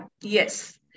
Yes